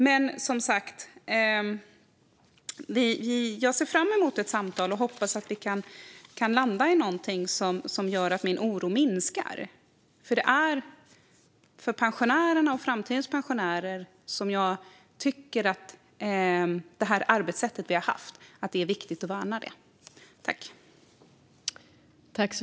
Men jag ser som sagt fram emot ett samtal och hoppas att vi kan landa i något som gör att min oro minskar, för jag tycker att det är viktigt för pensionärerna och för framtidens pensionärer att värna det arbetssätt som vi har haft.